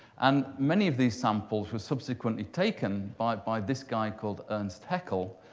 and many of these samples were subsequently taken by by this guy called ernst haeckel,